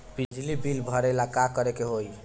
बिजली बिल भरेला का करे के होई?